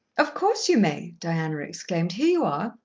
of course, you may! diana exclaimed. here you are.